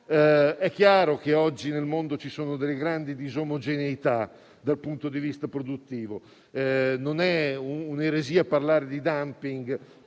È chiaro che oggi nel mondo ci sono delle grandi disomogeneità dal punto di vista produttivo. Non è un'eresia parlare di *dumping*